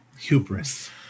Hubris